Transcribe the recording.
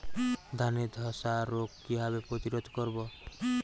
ধানে ধ্বসা রোগ কিভাবে প্রতিরোধ করব?